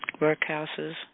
Workhouses